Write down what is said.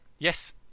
Yes